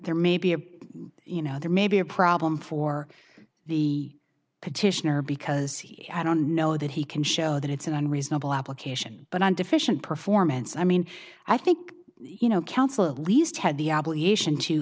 there may be a you know there may be a problem for the petitioner because i don't know that he can show that it's an unreasonable application but i'm deficient performance i mean i think you know counsel at least had the obligation to